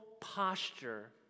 posture